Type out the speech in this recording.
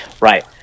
Right